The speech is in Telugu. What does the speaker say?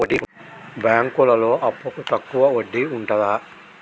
బ్యాంకులలో అప్పుకు తక్కువ వడ్డీ ఉంటదా?